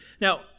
Now